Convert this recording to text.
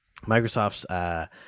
Microsoft's